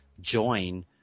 join